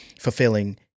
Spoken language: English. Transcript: fulfilling